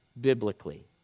biblically